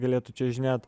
galėtų čiuožinėt